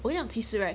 我说讲其实 leh